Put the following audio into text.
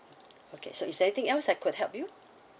okay so is there anything else I could help you